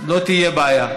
לא תהיה בעיה.